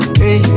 hey